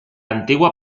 antigua